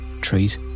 treat